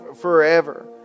forever